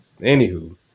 anywho